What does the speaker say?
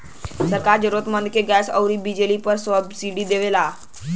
सरकार जरुरतमंद के गैस आउर बिजली पर सब्सिडी देवला